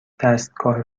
دستگاه